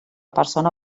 persona